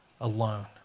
alone